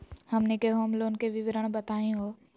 हमनी के home loan के विवरण बताही हो?